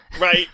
Right